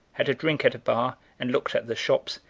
had a drink at a bar and looked at the shops,